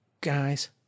guys